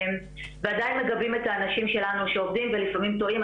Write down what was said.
ועדיין מגבים את האנשים שלנו שעובדים ולפעמים טועים.